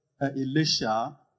Elisha